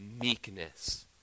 meekness